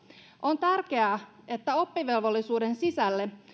on tärkeää että oppivelvollisuuden sisälle